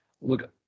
look